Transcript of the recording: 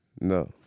no